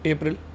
April